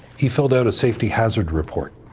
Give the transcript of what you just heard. he filled out a safety hazard report.